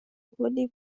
کلی